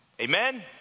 Amen